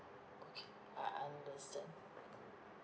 okay I understand